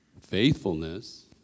faithfulness